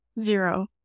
zero